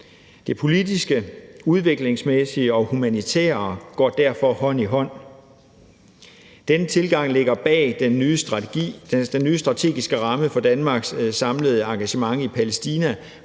Det politiske, udviklingsmæssige og humanitære går derfor hånd i hånd. Kl. 17:45 Denne tilgang ligger bag den nye strategiske ramme for Danmarks samlede engagement i Palæstina